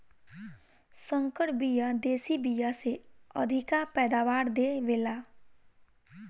संकर बिया देशी बिया से अधिका पैदावार दे वेला